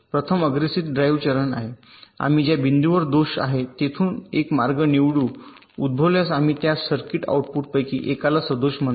प्रथम अग्रेषित ड्राइव्ह चरण आहे आम्ही ज्या बिंदूवर दोष आहे तेथून एक मार्ग निवडू उद्भवल्यास आम्ही त्यास सर्किट आउटपुटपैकी एकाला सदोष असे म्हणतात